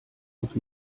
noch